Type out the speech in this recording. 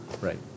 Right